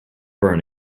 burn